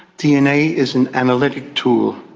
dna is an analytic tool,